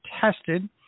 tested